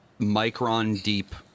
Micron-deep